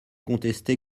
contester